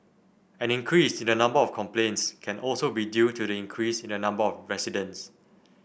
an increase in the number of complaints can also be due to the increase in the number of residents